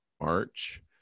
March